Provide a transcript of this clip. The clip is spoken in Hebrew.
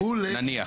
נניח.